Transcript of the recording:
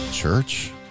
church